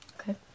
Okay